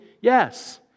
Yes